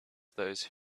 those